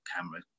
camera